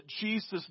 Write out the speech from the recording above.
Jesus